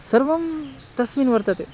सर्वं तस्मिन् वर्तते